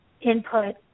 input